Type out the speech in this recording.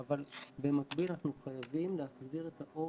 אבל במקביל אנחנו חייבים להחזיר את האור